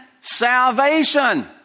salvation